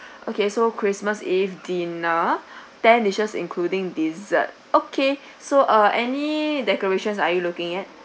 okay so christmas eve dinner ten dishes including dessert okay so uh any decorations are you looking at